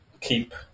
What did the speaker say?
keep